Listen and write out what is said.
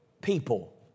People